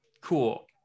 cool